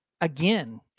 again